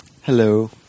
Hello